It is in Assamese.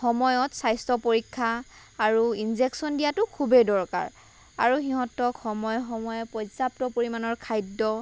সময়ত স্বাস্থ্য পৰীক্ষা আৰু ইঞ্জেক্সন দিয়াটো খুবেই দৰকাৰ আৰু সিহঁতক সময়ে সময়ে পৰ্যাপ্ত পৰিমাণৰ খাদ্য